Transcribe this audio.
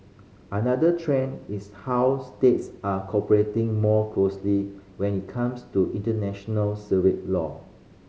another trend is how states are cooperating more closely when it comes to international civil law